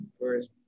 first